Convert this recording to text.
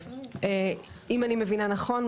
אם אני מבינה נכון,